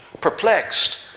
perplexed